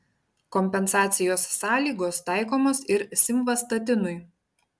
kompensacijos sąlygos taikomos ir simvastatinui